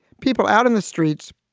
people out in the streets.